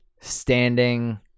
standing